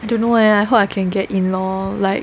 I don't know leh I hope I can get in lor like